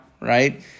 right